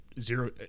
zero